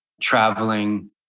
traveling